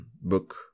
book